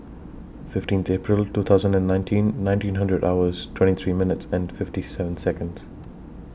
fifteenth April two thousand and nineteen ninety hundred hours twenty three minutes and fifty seven Seconds